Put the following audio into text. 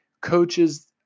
coaches